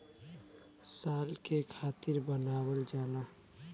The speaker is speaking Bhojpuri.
साल के खातिर बनावल जाला